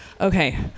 Okay